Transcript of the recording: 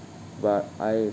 but I